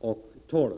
och 12.